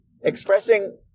expressing